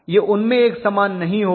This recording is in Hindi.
ये उनमे एक समान नहीं होगा